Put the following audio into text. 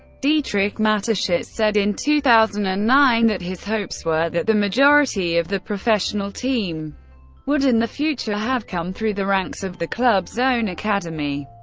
dietrich mateschitz said in two thousand and nine that his hopes were that the majority of the professional team would in the future have come through the ranks of the club's own academy.